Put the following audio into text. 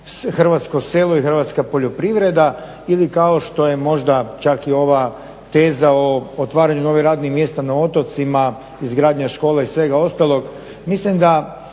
hrvatsko selo i hrvatska poljoprivreda ili kao što je možda čak i ova teza o otvaranju novih radnih mjesta na otocima, izgradnja škola i svega ostalog.